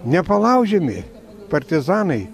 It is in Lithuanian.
nepalaužiami partizanai